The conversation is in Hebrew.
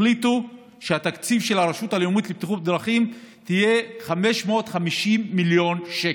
החליטו שהתקציב של הרשות הלאומית לבטיחות בדרכים יהיה 550 מיליון שקל.